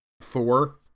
Thor